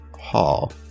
hall